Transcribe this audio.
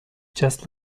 just